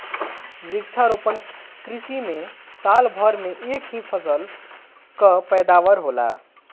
वृक्षारोपण कृषि में साल भर में एक ही फसल कअ पैदावार होला